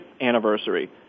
anniversary